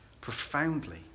profoundly